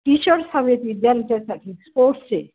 T-shirts हवे विद्यार्थ्यासाठी स्पोर्ट्सचे